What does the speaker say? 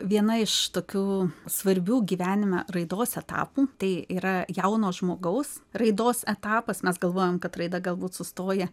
viena iš tokių svarbių gyvenime raidos etapų tai yra jauno žmogaus raidos etapas mes galvojam kad raida galbūt sustoja